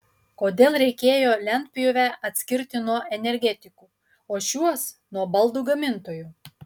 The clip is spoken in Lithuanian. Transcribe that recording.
kodėl reikėjo lentpjūvę atskirti nuo energetikų o šiuos nuo baldų gamintojų